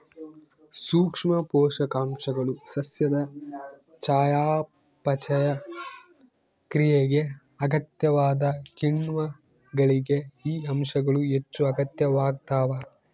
ಸೂಕ್ಷ್ಮ ಪೋಷಕಾಂಶಗಳು ಸಸ್ಯದ ಚಯಾಪಚಯ ಕ್ರಿಯೆಗೆ ಅಗತ್ಯವಾದ ಕಿಣ್ವಗಳಿಗೆ ಈ ಅಂಶಗಳು ಹೆಚ್ಚುಅಗತ್ಯವಾಗ್ತಾವ